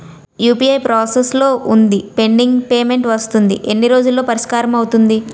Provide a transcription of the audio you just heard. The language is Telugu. యు.పి.ఐ ప్రాసెస్ లో వుందిపెండింగ్ పే మెంట్ వస్తుంది ఎన్ని రోజుల్లో పరిష్కారం అవుతుంది